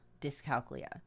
dyscalculia